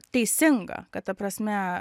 teisinga kad ta prasme